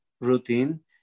routine